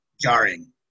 jarring